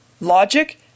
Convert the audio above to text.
logic